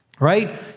Right